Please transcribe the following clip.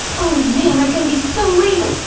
oh man, i'm gonna be so late!